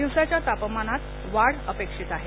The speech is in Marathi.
दिवसाच्या तापमानात वाढ अपेक्षित आहे